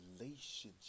relationship